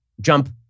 jump